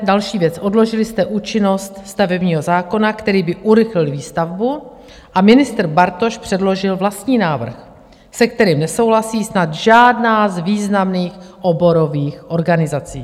Další věc odložili jste účinnost stavebního zákona, který by urychlil výstavbu, a ministr Bartoš předložil vlastní návrh, se kterým nesouhlasí snad žádná z významných oborových organizací.